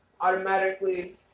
automatically